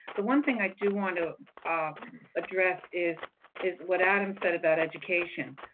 the one thing i do want to ah address is is what adam said about education.